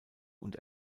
und